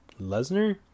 Lesnar